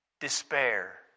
despair